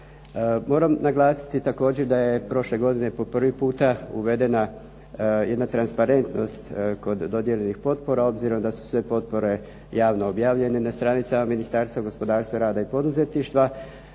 Moram naglasiti također da je prošle godine po prvi puta uvedena jedna transparentnost kod dodijeljenih potpora obzirom da su sve potpore javno objavljene na stranicama Ministarstva gospodarstva, rada i poduzetništva.